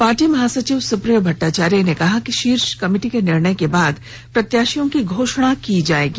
party महासचिव सुप्रियो भट्टाचार्या ने कहा कि शीर्ष कमिटी के निर्णय के बाद प्रत्याशियों की घोषणा की जायेगी